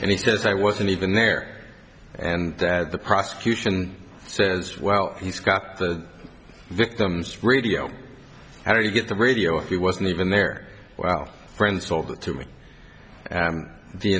and he says i wasn't even there and that the prosecution says well he's got the victim's radio how did you get the radio he wasn't even there well friend sold it to me and the